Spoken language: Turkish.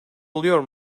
oluyor